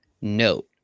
note